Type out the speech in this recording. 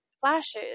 flashes